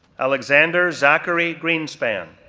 alexander zachary greenspan,